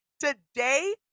today